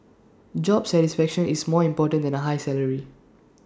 job satisfaction is more important than A high salary